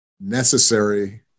necessary